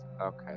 okay